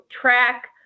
track